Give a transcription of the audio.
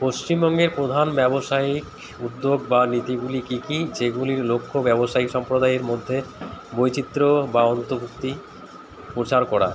পশ্চিমবঙ্গের প্রধান ব্যবসায়িক উদ্যোগ বা নীতিগুলি কী কী যেগুলির লক্ষ্য ব্যবসায়িক সম্প্রদায়ের মধ্যে বৈচিত্র্য বা অন্তর্ভুক্তি প্রচার করা